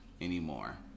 anymore